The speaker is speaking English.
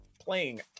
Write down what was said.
playing